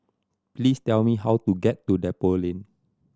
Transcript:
please tell me how to get to Depot Lane